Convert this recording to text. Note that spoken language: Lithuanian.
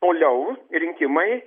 toliau rinkimai